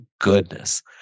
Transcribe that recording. goodness